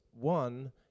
one